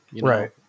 right